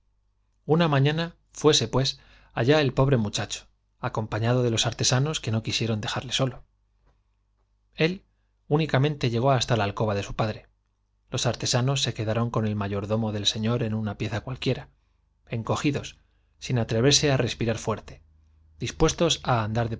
una manana fuése pues allá el pobre muchacho de los acompañado artesanos que no quisieron dej arle solo él únicamente llegó hasta la alcoba de su padre los artesanos se quedaron con el mayordomo del señor en una pieza cualquiera encogidos sin atre verse á respirar fuerte dispuestos á andar